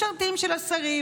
משרתים של השרים,